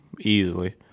Easily